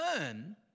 earn